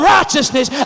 righteousness